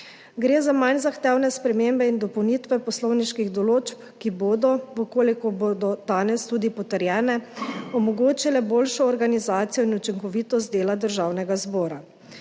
gre za manj zahtevne spremembe in dopolnitve poslovniških določb, ki bodo, če bodo danes tudi potrjene, omogočile boljšo organizacijo in učinkovitost dela Državnega zbora.